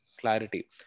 clarity